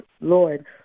Lord